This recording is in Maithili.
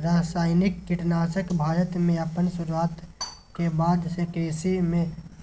रासायनिक कीटनाशक भारत में अपन शुरुआत के बाद से कृषि में